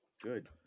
Good